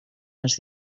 els